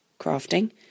crafting